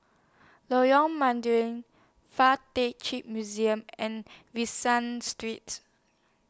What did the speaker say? Lorong Mydin Fuk Tak Chi Museum and San Streets